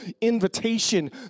invitation